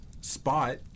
spot